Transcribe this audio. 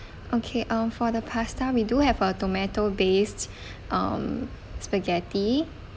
okay um for the pasta we do have a tomato based um spaghetti